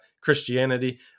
Christianity